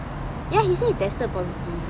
ya he said he tested positive